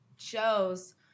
shows